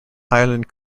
ireland